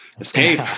escape